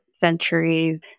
centuries